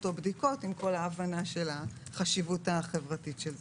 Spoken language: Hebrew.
או לבדיקות עם כל ההבנה של החשיבות החברתית של זה.